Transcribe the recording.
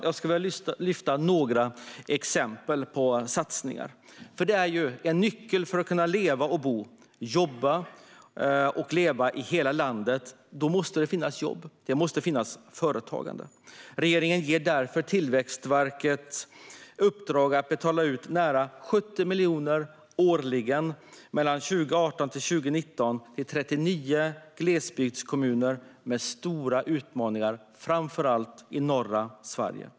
Jag skulle vilja lyfta fram några exempel på satsningar. För att man ska kunna bo, jobba och leva i hela landet måste det finnas jobb och företagande. Det är en nyckel. Regeringen ger därför Tillväxtverket i uppdrag att betala ut nära 70 miljoner årligen mellan 2018 och 2019 till 39 glesbygdskommuner med stora utmaningar, framför allt i norra Sverige.